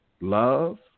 Love